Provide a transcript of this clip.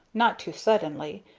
not too suddenly,